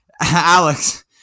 Alex